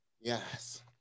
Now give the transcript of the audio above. yes